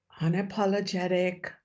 unapologetic